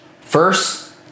First